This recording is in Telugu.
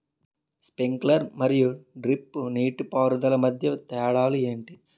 స్ప్రింక్లర్ మరియు డ్రిప్ నీటిపారుదల మధ్య తేడాలు ఏంటి?